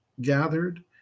gathered